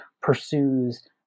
pursues